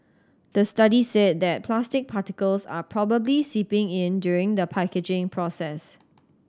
the study said that plastic particles are probably seeping in during the packaging process